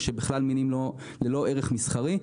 או שהם מינים ללא ערך מסחרי.